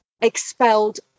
expelled